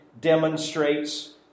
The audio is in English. demonstrates